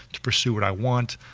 to pursue what i want,